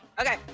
Okay